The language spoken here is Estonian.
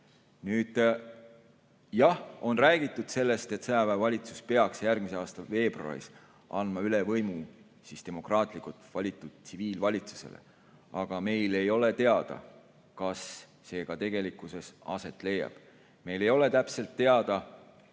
käes. Jah, on räägitud sellest, et sõjaväevalitsus peaks järgmise aasta veebruaris andma võimu üle demokraatlikult valitud tsiviilvalitsusele, aga ei ole teada, kas see ka tegelikkuses aset leiab. Meile ei ole täpselt teada,